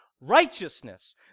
righteousness